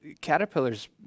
Caterpillar's